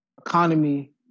economy